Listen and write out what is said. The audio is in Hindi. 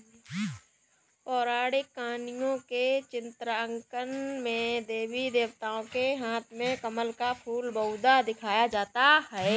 पौराणिक कहानियों के चित्रांकन में देवी देवताओं के हाथ में कमल का फूल बहुधा दिखाया जाता है